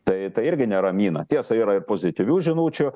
tai tai irgi neramina tiesa yra ir pozityvių žinučių